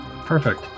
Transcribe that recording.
Perfect